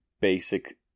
basic